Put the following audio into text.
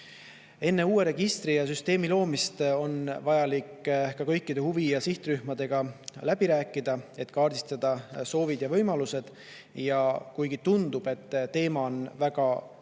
uue registri ja süsteemi loomist on vaja kõikide huvi- ja sihtrühmadega läbi rääkida, et kaardistada nende soovid ja võimalused. Ja kuigi tundub, et teema on väga kitsas